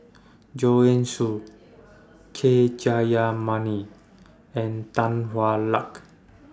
Joanne Soo K Jayamani and Tan Hwa Luck